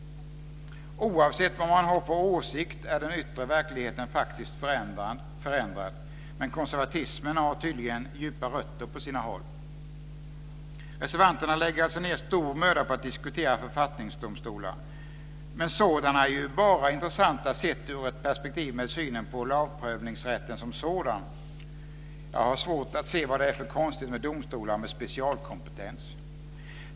Oavsett vad man har för åsikt är den yttre verkligheten faktiskt förändrad, men konservatismen har tydligen djupa rötter på sina håll. Reservanterna lägger alltså ned stor möda på att diskutera författningsdomstolar. Men sådana är ju bara intressanta sett ur det perspektiv som gäller lagprövningsrätten som sådan. Jag har svårt för att se vad det är för konstigt med domstolar med specialkompetens.